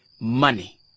Money